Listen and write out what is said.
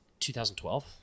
2012